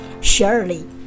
Surely